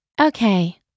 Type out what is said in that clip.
Okay